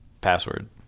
password